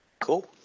Cool